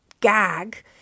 gag